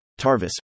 Tarvis